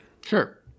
Sure